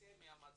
נצא ממנו.